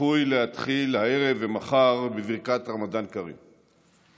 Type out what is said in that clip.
שצפוי להתחיל הערב ומחר, בברכת רמדאן כרים.